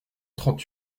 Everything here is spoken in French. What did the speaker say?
trente